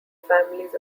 families